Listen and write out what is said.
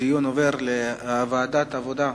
הדיון עובר לוועדת העבודה,